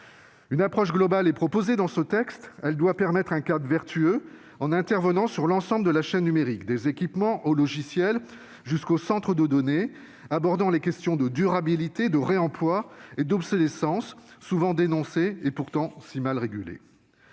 Une approche globale est proposée dans ce texte. Elle doit fournir un cadre vertueux en intervenant sur l'ensemble de la chaîne numérique- des équipements aux logiciels, jusqu'aux centres de données -et en abordant les questions de durabilité, de réemploi et d'obsolescence, souvent dénoncée et pourtant si mal régulée.